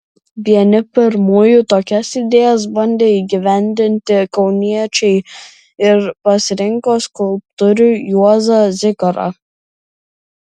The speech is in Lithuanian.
vieni pirmųjų tokias idėjas bandė įgyvendinti kauniečiai ir pasirinko skulptorių juozą zikarą